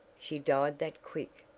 she died that quick,